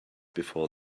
before